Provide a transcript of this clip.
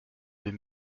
deux